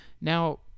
Now